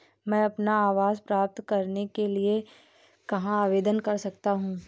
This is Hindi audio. मैं अपना आवास प्राप्त करने के लिए कहाँ आवेदन कर सकता हूँ?